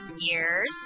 years